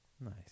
nice